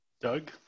Doug